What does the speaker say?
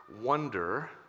wonder